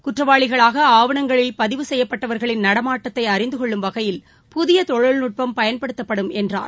குற்றவாளிகளாகஆவணங்களில் பதிவு செய்யப்பட்டவர்களின் நடமாட்டத்தைஅறிந்துகொள்ளும் வகையில் புதியதொழில்நுட்பம் பயன்படுத்தப்படும் என்றார்